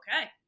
okay